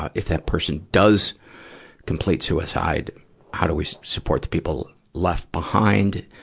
if that person does complete suicide how do we support the people left behind?